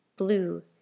Blue